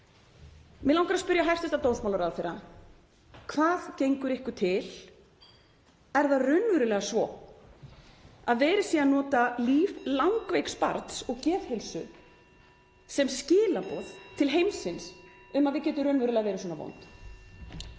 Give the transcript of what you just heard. Mig langar að spyrja hæstv. dómsmálaráðherra: Hvað gengur ykkur til? Er það raunverulega svo að verið sé (Forseti hringir.) að nota líf langveiks barns og geðheilsu sem skilaboð til heimsins um að við getum raunverulega verið svona vond?